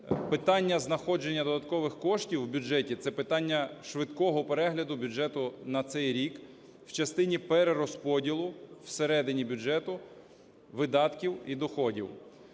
Питання знаходження додаткових коштів у бюджеті – це питання швидкого перегляду бюджету на цей рік у частині перерозподілу всередині бюджету видатків і доходів.